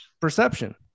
Perception